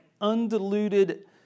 undiluted